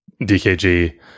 DKG